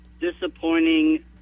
disappointing